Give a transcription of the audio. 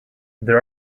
there